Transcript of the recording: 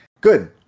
good